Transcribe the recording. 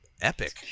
Epic